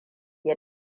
ya